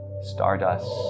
stardust